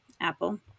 Apple